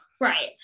right